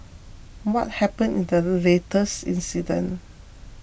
what happened in the latest incident